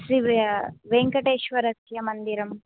श्री वेङ्कटेश्वरस्य मन्दिरं